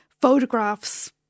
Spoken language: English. photographs